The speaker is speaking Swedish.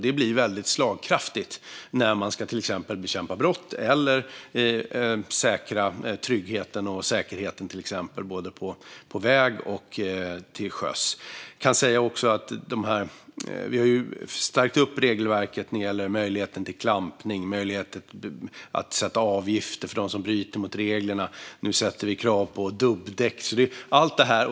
Det blir väldigt slagkraftigt när man till exempel ska bekämpa brott eller säkra tryggheten och säkerheten på väg och till sjöss. Vi har stärkt regelverket när det gäller möjligheten till klampning och möjligheten att sätta avgifter för dem som bryter mot reglerna. Nu ställer vi krav på dubbdäck.